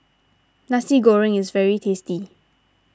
Nasi Goreng is very tasty